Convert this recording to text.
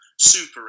super